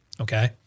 Okay